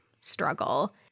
struggle